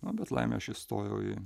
na bet laime aš įstojau į